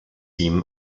ihm